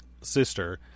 sister